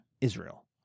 Israel